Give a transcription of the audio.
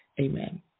Amen